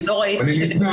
אני נמצא,